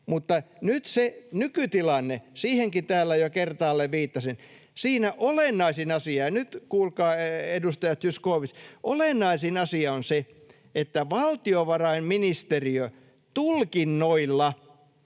Mutta nyt se nykytilanne, siihenkin täällä jo kertaalleen viittasin, siinä olennaisin asia — ja nyt kuulkaa, edustaja Zyskowicz — on se, että valtiovarainministeriö tulkinnoillaan,